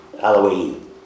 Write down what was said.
Halloween